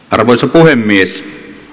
arvoisa puhemies